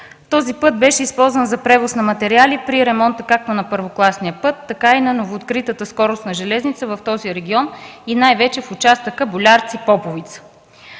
Този път беше използван за превоз на материали при ремонта както на първокласния път, така и на новооткритата скоростна железница в този регион и най-вече в участъка Болярци – Поповица.